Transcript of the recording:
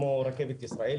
כמו רכבת ישראל,